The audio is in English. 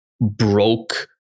broke